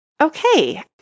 Okay